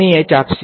h okay